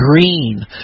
green